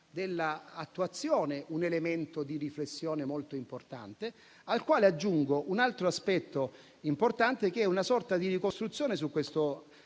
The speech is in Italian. dell'attuazione, un elemento di riflessione molto importante, al quale aggiungo un altro elemento importante, che è una sorta di ricostruzione di questo